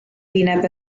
wyneb